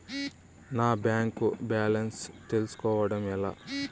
నా bank balance తెలుస్కోవడం ఎలా?